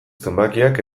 zenbakiak